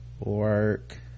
Work